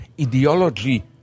ideology